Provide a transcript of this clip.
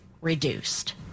reduced